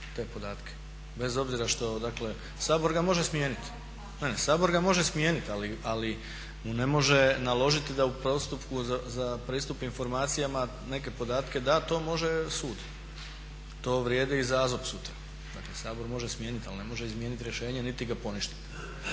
te podatke. Bez obzira što dakle, Sabor ga može smijeniti … …/Upadica se ne čuje./… Ne, ne, Sabor ga može smijeniti ali mu ne može naložiti da u postupku za pristup informacijama neke podatke da, to može sud. To vrijedi i za AZOP sutra. Dakle Sabor može smijeniti ali ne može izmijeniti rješenje niti ga poništiti.